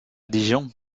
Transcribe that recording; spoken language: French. dijon